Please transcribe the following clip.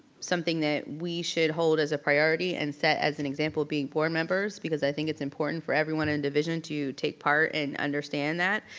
something that we should hold as a priority and set as an example of being board members, because i think it's important for everyone in the division to take part and understand that,